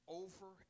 over